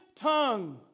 tongue